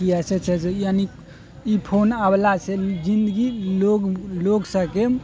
ई अइसे छै यानी ई फोन अएलासँ जिनगी लोक लोक सबके